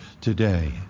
today